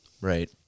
Right